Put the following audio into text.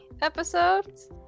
episodes